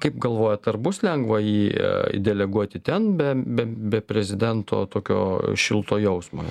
kaip galvojat ar bus lengva jį deleguoti ten be be be prezidento tokio šilto jausmo